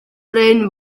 bryn